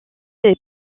est